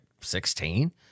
16